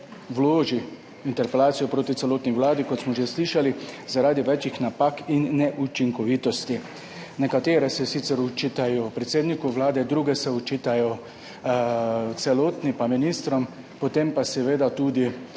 vloži interpelacijo proti celotni vladi, kot smo že slišali, zaradi več napak in neučinkovitosti. Nekatere se sicer očitajo predsedniku Vlade, druge se očitajo celotni pa ministrom, potem pa seveda tudi